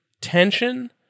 tension